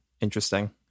Interesting